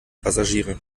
passagiere